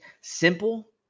Simple